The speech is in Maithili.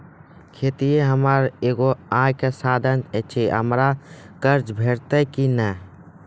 खेतीये हमर एगो आय के साधन ऐछि, हमरा कर्ज भेटतै कि नै?